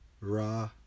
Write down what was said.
raw